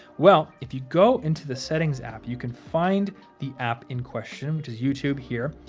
well, if you go into the settings app, you can find the app in question, which is youtube, here,